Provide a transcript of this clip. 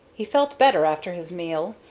he felt better after his meal,